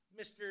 Mr